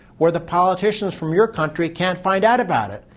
where the politicians from your country can't find out about it.